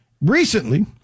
Recently